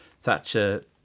Thatcher